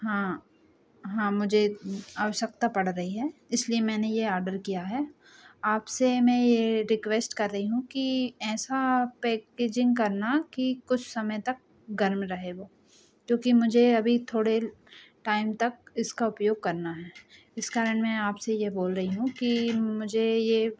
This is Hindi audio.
हाँ हाँ मुझे आवश्यकता पड़ रही है इसलिए मैंने ये आडर किया है आपसे मैं ये रिक्वेस्ट कर रही हूँ कि ऐसा पैकेजिंग करना कि कुछ समय तक गर्म रहे वो क्योंकि मुझे अभी थोड़े टाइम तक इसका उपयोग करना है इस कारण मैं आपसे यह बोल रही हूँ कि मुझे ये